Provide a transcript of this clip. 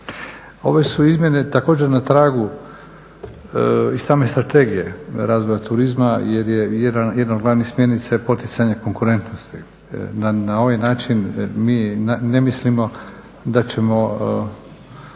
Ove su izmjene također na tragu i same strategije razvoja turizma jer je jedna od glavnih smjernica je poticanje konkurentnosti. Na ovaj način mi ne mislimo da ćemo